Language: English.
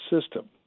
system